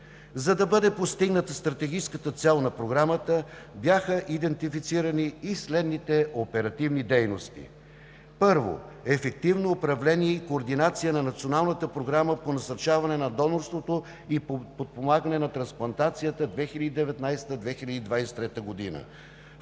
За да бъде постигната стратегическата цел на Програмата, бяха идентифицирани и следните оперативни дейности: 1. ефективно управление и координация на Националната програма по насърчаване на донорството и по подпомагане на трансплантацията 2019 – 2023 г.; 2.